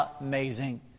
amazing